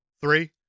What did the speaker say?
three